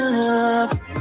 love